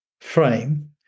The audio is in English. frame